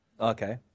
Okay